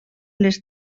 les